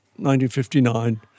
1959